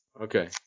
Okay